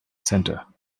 centre